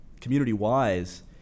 community-wise